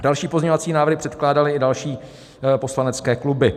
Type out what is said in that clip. Další pozměňovací návrhy předkládaly i další poslanecké kluby.